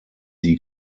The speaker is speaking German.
die